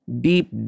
deep